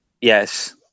Yes